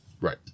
Right